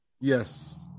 Yes